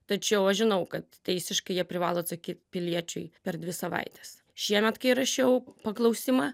tačiau aš žinau kad teisiškai jie privalo atsakyt piliečiui per dvi savaites šiemet kai rašiau paklausimą